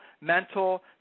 mental